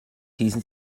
hießen